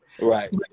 Right